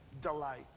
delight